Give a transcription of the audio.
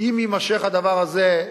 אם יימשך הדבר הזה,